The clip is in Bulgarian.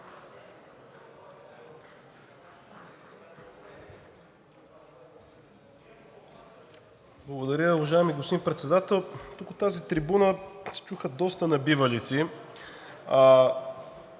Благодаря, уважаеми господин Председател. От тази трибуна се чуха доста небивалици,